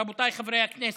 רבותיי חברי הכנסת,